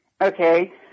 Okay